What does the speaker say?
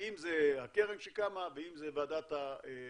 אם זה הקרן שקמה ואם זה ועדת האיתור